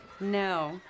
No